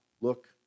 look